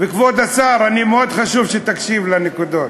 וכבוד השר, מאוד חשוב שתקשיב לנקודות,